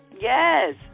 Yes